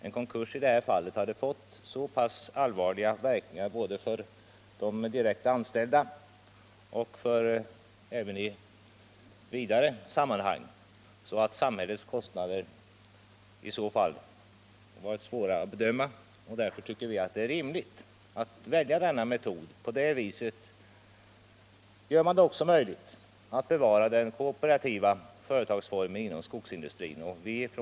En konkurs hade i det här fallet fått så pass allvarliga verkningar, både för de direkt anställda och i vidare sammanhang, att samhällets kostnader i så fall hade blivit svåra att bedöma. Därför tycker vi att det är rimligt att välja denna metod. På det sättet gör man det också möjligt att bevara den kooperativa företagsformen inom skogsindustrin.